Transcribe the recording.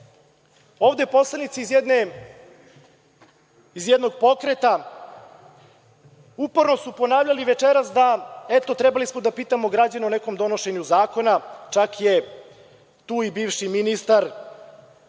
ovde su poslanici iz jednog pokreta uporno ponavljali večeras da smo trebali da pitamo građane o nekom donošenju zakona. Čak je tu i bivši ministar